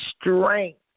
strength